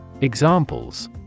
Examples